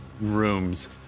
rooms